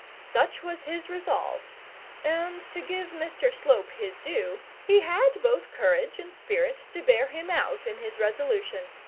such was his resolve and to give mr slope his due, he had both courage and spirit to bear him out in his resolution.